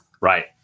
Right